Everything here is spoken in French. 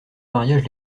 mariage